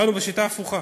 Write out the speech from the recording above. באנו בשיטה הפוכה.